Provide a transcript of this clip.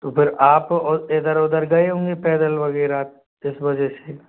तो फिर आप और इधर उधर गए होंगे पैदल वग़ैरह इस वजह से